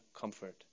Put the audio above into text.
comfort